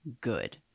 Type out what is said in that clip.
good